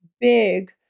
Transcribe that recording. big